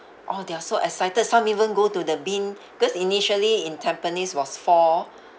orh they are so excited some even go to the bin cause initially in tampines was four